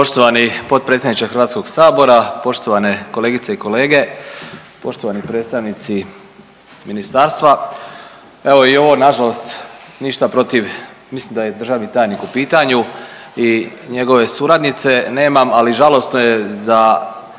Poštovani potpredsjedniče Hrvatskog sabora, poštovane kolegice i kolege, poštovani predstavnici ministarstva, evo i ovo nažalost ništa protiv, mislim da je državni tajnik u pitanju i njegove suradnice nemam, ali žalosno je za,